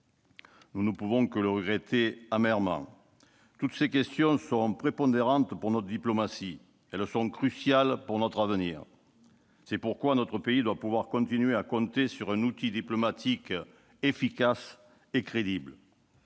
Nous ne pouvons que le regretter amèrement. Toutes ces questions sont prépondérantes pour notre diplomatie. Elles sont cruciales pour notre avenir. C'est pourquoi notre pays doit pouvoir continuer à compter sur un outil diplomatique efficace et crédible.